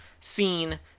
scene